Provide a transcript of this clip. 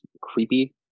creepy